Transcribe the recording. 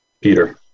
peter